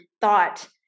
thought